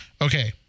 Okay